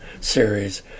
series